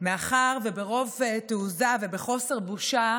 מאחר שברוב תעוזה ובחוסר בושה